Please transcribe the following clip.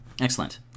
Excellent